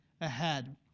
ahead